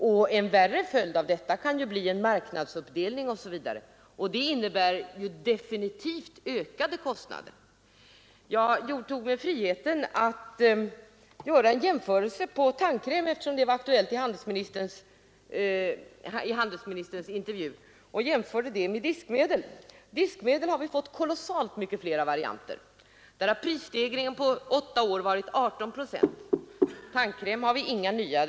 En än värre följd av detta kan bli en marknadsuppdelning, och det innebär definitivt ökade kostnader. Jag tog mig friheten att göra en jämförelse mellan tandkräm, eftersom den var aktuell i intervjun med handelsministern, och diskmedel. Av diskmedel har vi fått kolossalt mycket flera varianter, och där har prisstegringen på åtta år varit 18 procent. Av tandkräm har vi inga nya sorter.